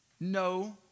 no